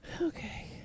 Okay